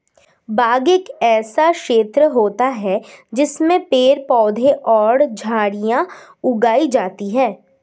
बाग एक ऐसा क्षेत्र होता है जिसमें पेड़ पौधे और झाड़ियां उगाई जाती हैं